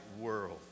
world